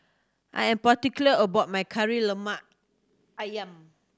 I am particular about my Kari Lemak Ayam